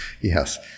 Yes